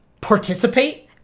participate